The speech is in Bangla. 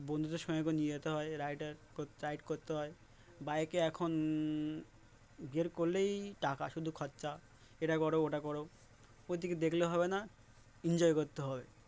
বন্ধুদের সঙ্গেকে নিয়ে যেতে হয় রাইডার রাইড করতে হয় বাইকে এখন গের করলেই টাকা শুধু খরচা এটা করো ওটা করো ওদিকে দেখলে হবে না এনজয় করতে হবে